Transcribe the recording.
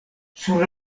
sur